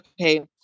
Okay